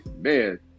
man